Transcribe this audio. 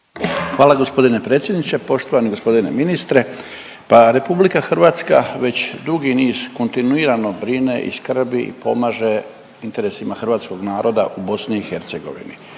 Hvala g. predsjedniče. Poštovani g. ministre, pa RH već dugi niz kontinuirano brine i skrbi i pomaže interesima hrvatskog naroda u BiH.